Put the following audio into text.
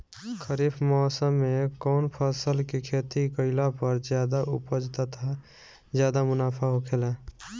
खरीफ़ मौसम में कउन फसल के खेती कइला पर ज्यादा उपज तथा ज्यादा मुनाफा होखेला?